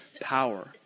power